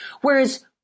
Whereas